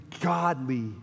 godly